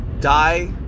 Die